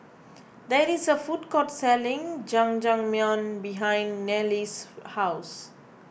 there is a food court selling Jajangmyeon behind Niles' house